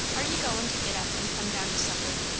are ye goin' to git up and come down to supper?